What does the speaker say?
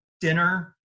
dinner